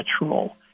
natural